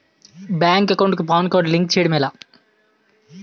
Bank account కి PAN card link చేయడం ఎలా?